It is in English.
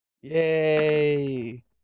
Yay